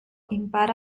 impara